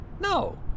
No